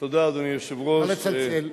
תודה, אדוני היושב-ראש, נא לצלצל.